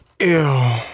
Ew